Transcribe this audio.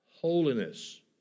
holiness